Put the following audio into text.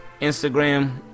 Instagram